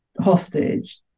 hostage